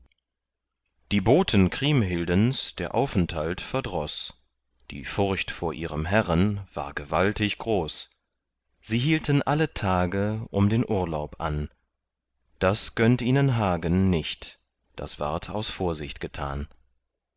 die boten kriemhildens der aufenthalt verdroß die furcht vor ihrem herren war gewaltig groß sie hielten alle tage um den urlaub an das gönnt ihnen hagen nicht das ward aus vorsicht getan